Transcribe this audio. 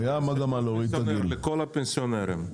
שזה יהיה לכל הפנסיונרים.